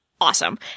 awesome